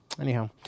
Anyhow